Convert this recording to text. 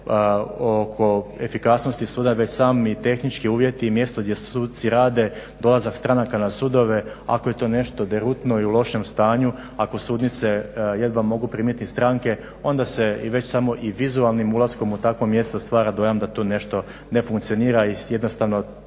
ne samo oko efikasnosti suda već sami tehnički uvjeti i mjesto gdje suci rade, dolazak stranaka na sudove ako je to nešto derutno i u lošem stanju, ako sudnice jedva mogu primiti stranke onda se i već samo vizualnim ulaskom u takvo mjesto stvara mjesto da to nešto ne funkcionira i jednostavno